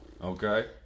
Okay